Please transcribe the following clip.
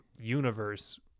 universe